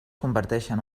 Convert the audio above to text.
converteixen